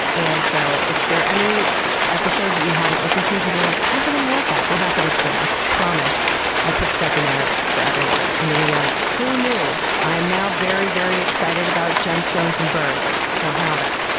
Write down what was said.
and so, if there are any episodes that you haven't listened to cuz you're like, i don't think i'm gonna like that! go back and listen to em. i promise i put stuff in there for everyone and you're gonna be like, who knew? i am now very, very excited about gemstones and birds. so, head on back.